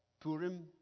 Purim